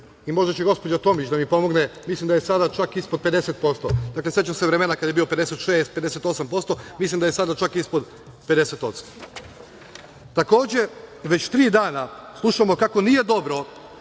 i možda će gospođa Tomić da mi pomogne, mislim da je sada čak ispod 50%. Sećam se vremena kada je bilo 56, 58% mislim da je sada čak ispod 50%.Takođe, već tri dana slušamo kako nije dobro